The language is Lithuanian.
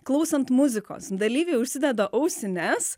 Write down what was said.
klausant muzikos dalyviai užsideda ausines